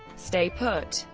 stay put!